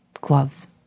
gloves